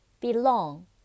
Belong